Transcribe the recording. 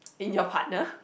in your partner